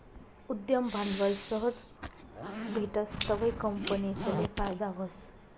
उद्यम भांडवल सहज भेटस तवंय कंपनीसले फायदा व्हस